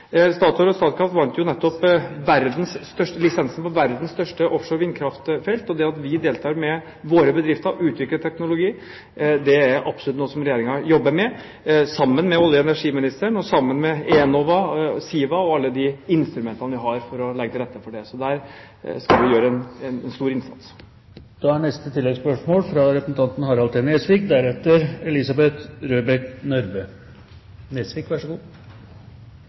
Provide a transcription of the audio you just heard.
og Statkraft vant jo nettopp lisensen for verdens største offshore vindkraftfelt, og det at vi skal delta med våre bedrifter og utvikle teknologi, er absolutt noe som vi jobber med, sammen med olje- og energiministeren og sammen med Enova, SIVA og alle de instrumentene vi har for å legge til rette for det. Så der skal vi gjøre en stor innsats. Harald T. Nesvik – til oppfølgingsspørsmål. Jeg er